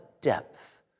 depth